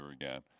again